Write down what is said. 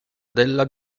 della